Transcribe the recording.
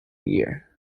year